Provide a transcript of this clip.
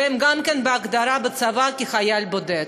וגם הם הוגדרו בצבא "חייל בודד".